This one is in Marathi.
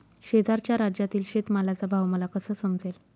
शेजारच्या राज्यातील शेतमालाचा भाव मला कसा समजेल?